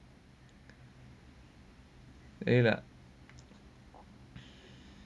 ஏன்:yaen lah